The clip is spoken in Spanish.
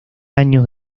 años